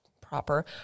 proper